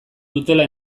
dutela